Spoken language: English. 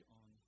on